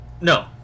No